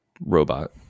robot